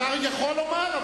אתה יכול לומר.